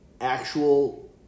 actual